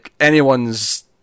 anyone's